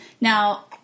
Now